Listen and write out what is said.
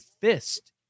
fist